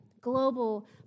global